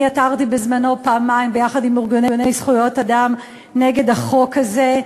אני עתרתי בעבר פעמיים ביחד עם ארגוני זכויות אדם נגד החוק הזה.